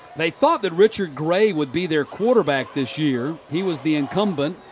they thought that richard gray would be their quarterback this year, he was the incumbent.